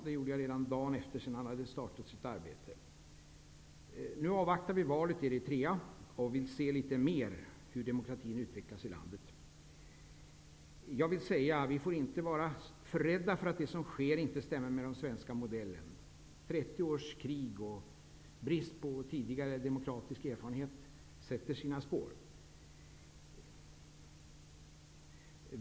Det skedde dagen efter det att han hade startat sitt arbete. Vi avvaktar valet i Eritrea. Vi vill se litet mer hur demokratin utvecklas i landet. Jag vill säga att vi inte får vara för rädda för att det som sker inte stämmer med den svenska modellen. 30 års krig och brist på tidigare demokratisk erfarenhet sätter sina spår.